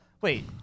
wait